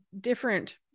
different